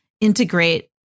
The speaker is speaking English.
integrate